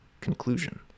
Conclusion